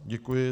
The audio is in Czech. Děkuji.